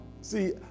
see